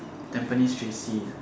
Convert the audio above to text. Tampines J_C